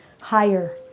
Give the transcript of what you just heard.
higher